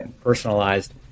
personalized